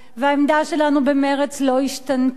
והעמדה שלנו במרצ לא השתנתה,